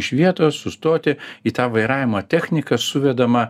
iš vietos sustoti į tą vairavimo techniką suvedama